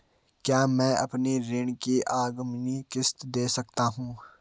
क्या मैं अपनी ऋण की अग्रिम किश्त दें सकता हूँ?